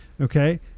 okay